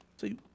See